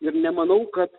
ir nemanau kad